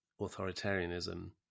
authoritarianism